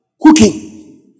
Cooking